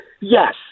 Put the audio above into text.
Yes